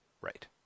Right